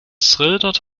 schildert